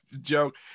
joke